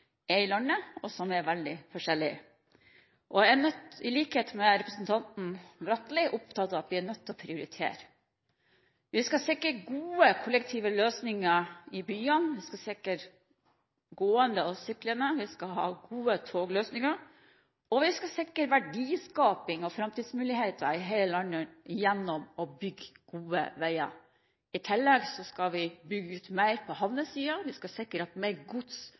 er i landet, og som er veldig forskjellige. Jeg er i likhet med representanten Bratli opptatt av at vi er nødt til å prioritere. Vi skal sikre gode kollektive løsninger i byene, vi skal sikre gående og syklende, vi skal ha gode togløsninger, og vi skal sikre verdiskaping og framtidsmuligheter i hele landet gjennom å bygge gode veier. I tillegg skal vi bygge ut mer på havnesiden, vi skal sikre at mer gods